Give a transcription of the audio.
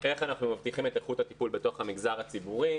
איך אנחנו מבטיחים את איכות הטיפול בתוך המגזר הציבורי,